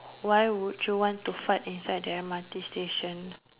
why would you want to fart inside the M_R_T station